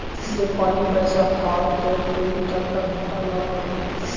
जब पानी पैसा हाँ ते कई टका घंटा लो होबे?